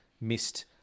missed